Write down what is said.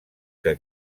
que